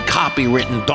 copywritten